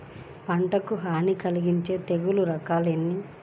పంటకు హాని కలిగించే తెగుళ్ల రకాలు ఎన్ని?